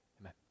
amen